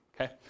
okay